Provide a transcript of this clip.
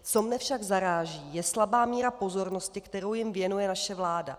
Co mě však zaráží, je slabá míra pozornosti, kterou jim věnuje naše vláda.